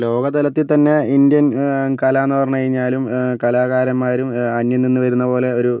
ലോക തലത്തിൽ തന്നെ ഇന്ത്യൻ കല എന്ന് പറഞ്ഞു കഴിഞ്ഞാലും കലാകാരന്മാരും അന്യം നിന്ന് വരുന്നപോലെ ഒരു